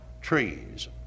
trees